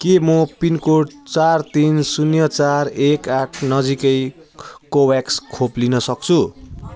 के म पिनकोड चार तिन शून्य चार एक आठ नजिकै कोभाभ्याक्स खोप लिन सक्छु